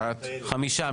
חמישה.